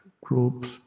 groups